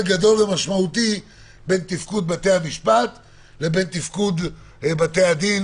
גדול ומשמעותי בין תפקוד בתי-המשפט לבין תפקוד בתי-הדין,